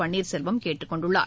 பன்னீர்செல்வம் கேட்டுக் கொண்டுள்ளார்